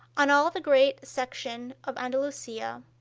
on all the great section of andalusia,